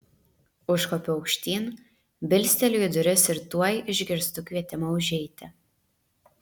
užkopiu aukštyn bilsteliu į duris ir tuoj išgirstu kvietimą užeiti